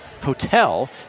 hotel